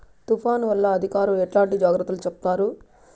తుఫాను వల్ల అధికారులు ఎట్లాంటి జాగ్రత్తలు చెప్తారు?